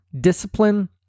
Discipline